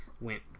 went